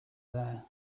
there